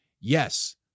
Yes